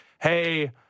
Hey